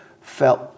felt